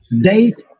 Date